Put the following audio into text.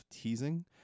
teasing